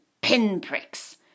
pinpricks